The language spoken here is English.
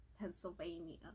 Pennsylvania